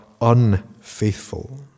unfaithful